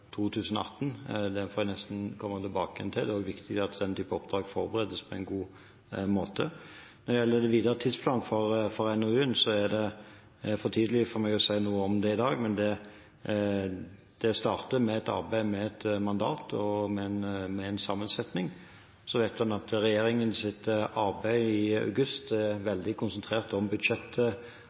2018, får jeg nesten komme tilbake til. Det er viktig at den typen oppdrag forberedes på en god måte. Når det gjelder den videre tidsplanen for NOU-en, er det for tidlig for meg å si noe om det i dag. Men det starter med et arbeid med et mandat og med en sammensetning. En vet at regjeringens arbeid i august er veldig konsentrert om